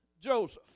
Joseph